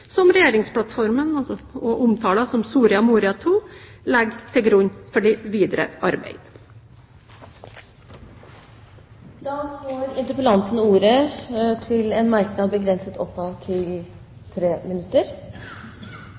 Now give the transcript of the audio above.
som regjeringsplattformen, som også omtales som Soria Moria II, legger til grunn for det videre